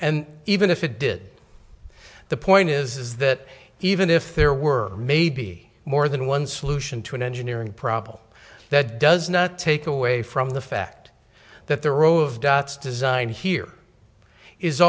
and even if it did the point is that even if there were maybe more than one solution to an engineering problem that does not take away from the fact that the row of dots design here is